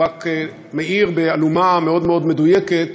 ורק מאיר באלומה מאוד מאוד מדויקת